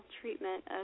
treatment